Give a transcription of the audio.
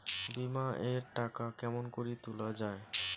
বিমা এর টাকা কেমন করি তুলা য়ায়?